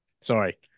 Sorry